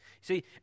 See